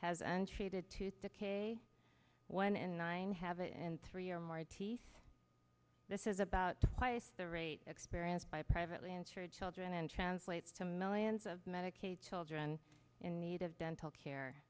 has entreated tooth decay one and nine have it and three or more teeth this is about twice the rate experienced by privately insured children and translates to millions of medicaid children in need of dental care